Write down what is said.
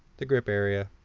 the grip area.